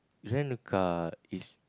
rent a car it's